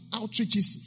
outreaches